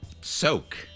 Soak